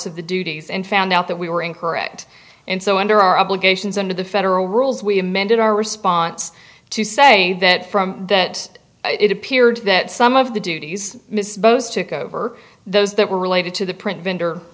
of the duties and found out that we were incorrect and so under our obligations under the federal rules we amended our response to say that from that it appeared that some of the duties mrs bowse took over those that were related to the print vendor